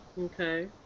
Okay